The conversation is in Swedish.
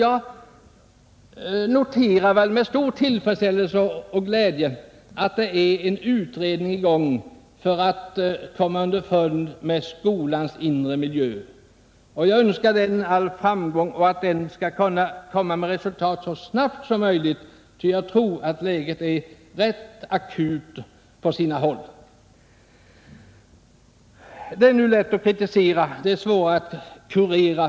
Jag noterar med stor tillfredsställelse och glädje att en utredning är i gång för att klarlägga skolans inre miljö. Jag önskar denna utredning all framgång och hoppas att den skall komma med resultat så snabbt som möjligt. Jag tror att läget på sina håll är rätt akut. Naturligtvis är det lätt att kritisera och svårare att kurera.